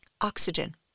Oxygen